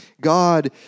God